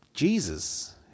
Jesus